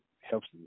helps